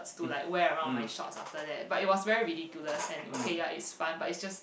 to like wear around my shorts after that but it was very ridiculous and okay ya it's fun but it's just